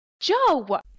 Joe